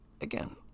Again